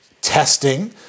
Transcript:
testing